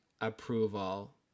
approval